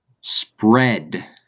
Spread